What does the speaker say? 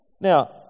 Now